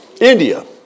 India